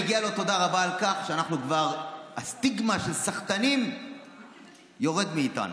מגיע לו תודה רבה על כך שהסטיגמה של סחטנים יורדת מאיתנו.